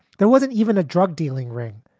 there wasn't even a drug dealing ring.